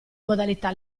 modalità